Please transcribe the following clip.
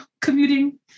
commuting